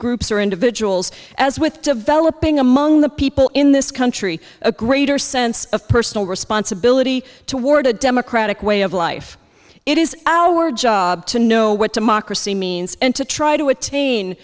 groups or individuals as with developing among the people in this country a greater sense of personal responsibility toward a democratic way of life it is our job to know what democracy means and to try to attain